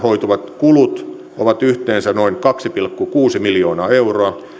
koituvat kulut ovat yhteensä noin kaksi pilkku kuusi miljoonaa euroa